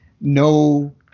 No